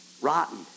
Rotten